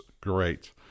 great